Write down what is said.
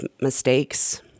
mistakes